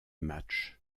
matchs